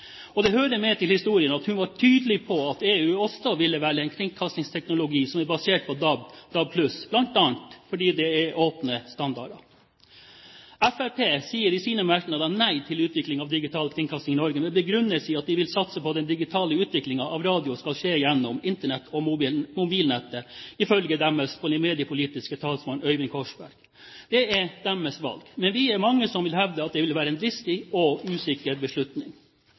Det hører med til historien at hun var tydelig på at EU også vil velge en kringkastingsteknologi som er basert på DAB/DAB+, bl.a. fordi det er åpne standarder. Fremskrittspartiet sier i sine merknader nei til en utvikling av digital kringkasting i Norge, med den begrunnelse at de vil satse på at den digitale utvikling av radio skal skje gjennom Internett og mobilnettet ifølge deres mediepolitiske talsmann, Øyvind Korsberg. Det er deres valg, men vi er mange som vil hevde at det vil være en dristig og usikker beslutning.